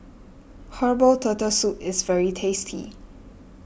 Herbal Turtle Soup is very tasty